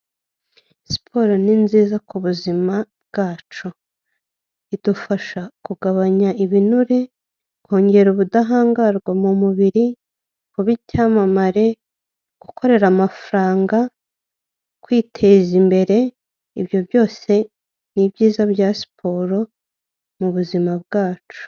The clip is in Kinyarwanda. Siporo ni nziza ku buzima bwacu. Idufasha kugabanya ibinure, kongera ubudahangarwa mu mubiri, kuba icyamamare, gukorera amafaranga, kwiteza imbere. Ibyo byose ni ibyiza bya siporo mu buzima bwacu.